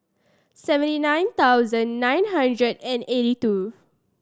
seventy nine thousand nine hundred and eighty two